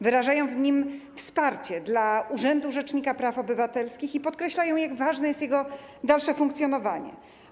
Wyrażają w nim wsparcie dla urzędu rzecznika praw obywatelskich i podkreślają, jak ważne jest jego dalsze funkcjonowanie.